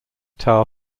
tower